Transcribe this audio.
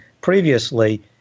previously